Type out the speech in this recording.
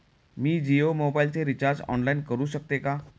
मी जियो मोबाइलचे recharge online करू शकते का?